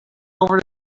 over